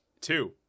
two